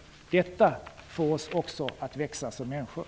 Detta får oss också att växa som människor!